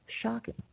shocking